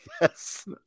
Yes